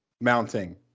Mounting